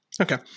Okay